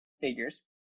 Figures